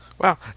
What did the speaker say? Wow